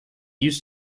used